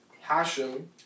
Hashem